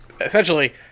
essentially